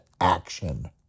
action